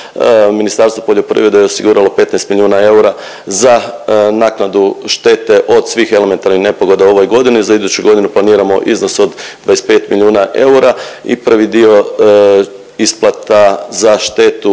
Ministarstvo poljoprivrede je osiguralo 15 milijuna eura za naknadu štete od svih elementarnih nepogoda u ovoj godini. Za iduću godinu planiramo iznos od 25 milijuna eura i prvi dio isplata za štetu